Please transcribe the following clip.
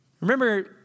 Remember